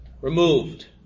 removed